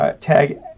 tag